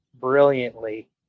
brilliantly